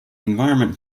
environment